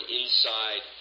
inside